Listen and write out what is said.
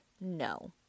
no